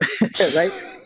right